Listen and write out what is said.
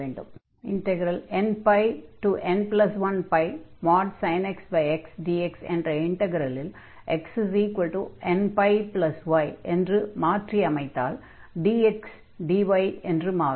nπn1sin x xdx என்ற இன்டக்ரலில் xnπy என்று மாற்றியமைத்தால் dx dy என்று மாறும்